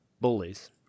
bullies